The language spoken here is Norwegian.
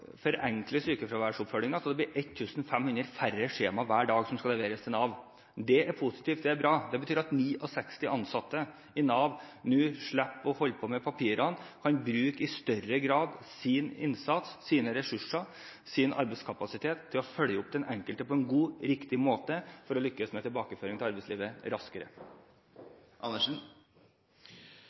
Det blir hver dag 1 500 færre skjemaer som skal leveres til Nav. Det er positivt. Det er bra. Det betyr at 69 ansatte i Nav nå slipper å holde på med papirene. De kan i større grad gjøre en innsats – bruke sine ressurser, sin arbeidskapasitet – for å følge opp den enkelte på en god og riktig måte, for å lykkes med tilbakeføring til arbeidslivet raskere.